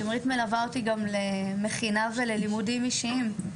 שמרית מלווה אותי גם למכינה וללימודים אישיים שלי,